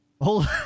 hold